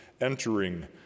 entering